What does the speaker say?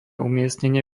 umiestnenie